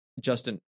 Justin